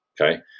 okay